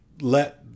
let